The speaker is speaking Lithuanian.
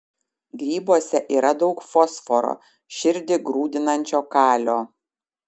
grybuose yra daug fosforo širdį grūdinančio kalio